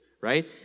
right